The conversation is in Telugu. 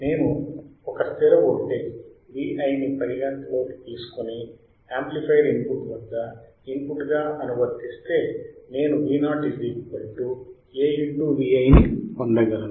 నేను ఒక స్థిర వోల్టేజ్ Vin ని పరిగణన లోకి తీసుకుని యాంప్లిఫైయర్ ఇన్పుట్ వద్ద ఇన్ పుట్ గా అనువర్తిస్తే నేను Vo A Vi ని పొందగలను